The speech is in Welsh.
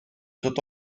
dod